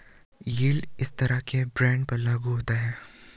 Yield किन तरह के बॉन्ड पर लागू होता है?